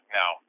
now